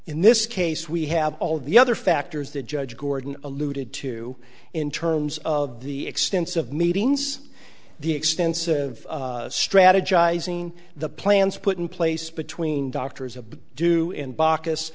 in this case we have all the other factors that judge gordon alluded to in terms of the extensive meetings the extensive strategizing the plans put in place between doctors of do and b